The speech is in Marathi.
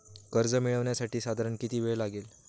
कर्ज मिळविण्यासाठी साधारण किती वेळ लागेल?